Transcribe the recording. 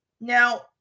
Now